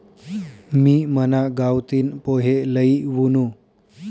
मी मना गावतीन पोहे लई वुनू